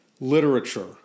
literature